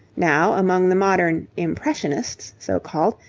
now, among the modern impressionists so-called,